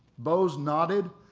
bose nodded,